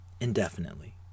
indefinitely